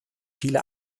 viele